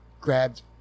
grabbed